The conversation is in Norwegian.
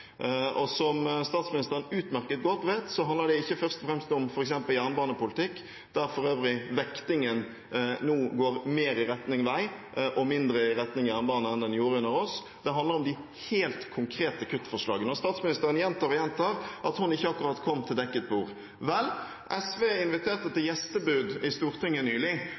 Som statsministeren utmerket godt vet, handler det ikke først og fremst om f.eks. jernbanepolitikk, der for øvrig vektingen nå går mer i retning vei og mindre i retning jernbane enn den gjorde under oss. Det handler om de helt konkrete kuttforslagene. Statsministeren gjentar og gjentar at hun ikke akkurat kom til dekket bord. Vel, SV inviterte til gjestebud i Stortinget nylig,